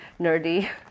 nerdy